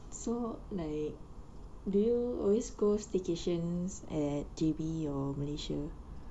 so like do you always go staycations at J_B or malaysia